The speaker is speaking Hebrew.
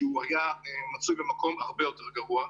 עת הוא היה מצוי במקום הרבה יותר גרוע.